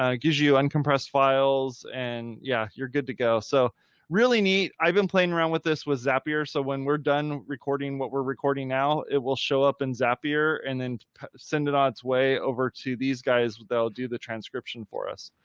ah gives you uncompressed files and yeah, you're good to go. so really neat. i've been playing around with this with zapier, so when we're done recording what we're recording now, it will show up in zapier and then send it on its way over to these guys. they'll do the transcription for us,